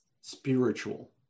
spiritual